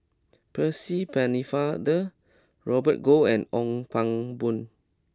Percy Pennefather Robert Goh and Ong Pang Boon